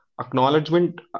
Acknowledgement